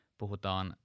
puhutaan